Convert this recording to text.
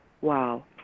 wow